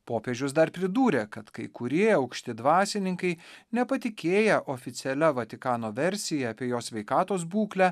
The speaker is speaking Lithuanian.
popiežius dar pridūrė kad kai kurie aukšti dvasininkai nepatikėję oficialia vatikano versija apie jo sveikatos būklę